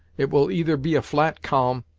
it will either be a flat calm,